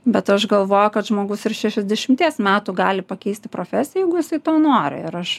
bet aš galvoju kad žmogus ir šešiasdešimties metų gali pakeisti profesiją jeigu jisai to nori ir aš